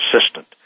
assistant